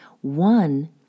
One